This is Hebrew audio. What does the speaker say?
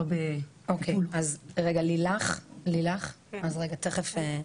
אז רגע, תיכף.